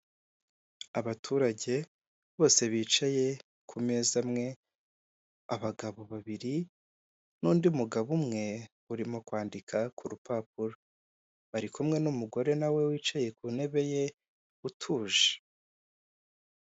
Abaturage bose bicaye ku meza amwe, abagabo babiri n'undi mugabo umwe urimo kwandika ku rupapuro, bari kumwe n'umugore nawe wicaye ku ntebe ye utuje.